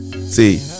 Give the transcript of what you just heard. See